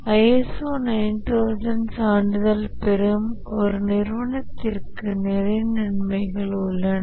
ISO 9000 சான்றிதழ் பெறும் ஒரு நிறுவனத்திற்கு நிறைய நன்மைகள் உள்ளன